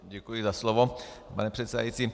Děkuji za slovo, pane předsedající.